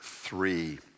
three